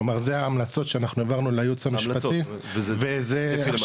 כלומר זה ההמלצות שאנחנו העברנו לייעוץ המשפטי --- וזה התחיל מתי?